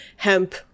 Hemp